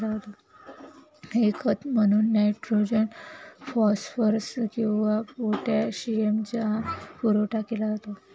हे खत म्हणून नायट्रोजन, फॉस्फरस किंवा पोटॅशियमचा पुरवठा केला जातो